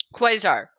Quasar